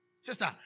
Sister